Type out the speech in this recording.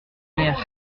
mère